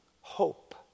hope